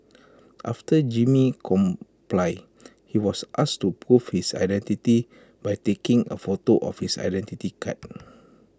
after Jimmy complied he was asked to prove his identity by taking A photo of his Identity Card